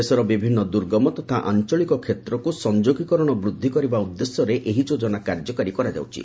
ଦେଶର ବିଭିନ୍ନ ଦୁର୍ଗମ ତଥା ଆଞ୍ଚଳିକ କ୍ଷେତ୍ରକୁ ସଂଯୋଗୀକରଣ ବୃଦ୍ଧି କରିବା ଉଦ୍ଦେଶ୍ୟରେ ଏହି ଯୋଜନା କାର୍ଯ୍ୟକାରୀ କରାଯାଉଛି